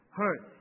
hurt